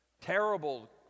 terrible